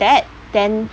that then